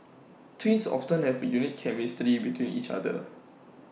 twins often have A unique chemistry with each other